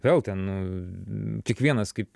vėl ten kiekvienas kaip